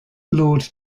lord